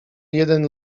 jeden